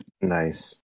Nice